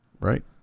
Right